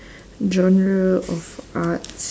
genre of arts